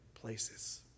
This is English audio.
places